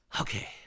okay